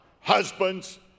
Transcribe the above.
Husbands